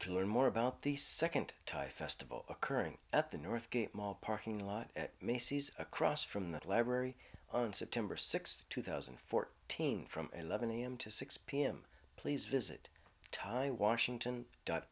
to learn more about the second type festival occurring at the north gate mall parking lot at macy's across from that library on september sixth two thousand and fourteen from eleven am to six pm please visit time washington dot